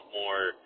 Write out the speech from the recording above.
more